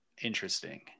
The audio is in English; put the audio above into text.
interesting